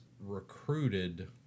recruited